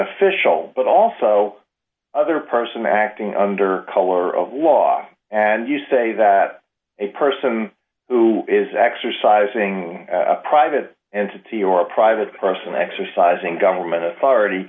official but also other person acting under color of law and you say that a person who is exercising a private entity or a private person exercising government authority